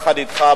יחד אתך,